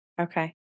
Okay